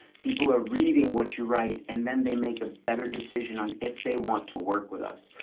people are reading what you write and then they make a better decision on if they want to work with us.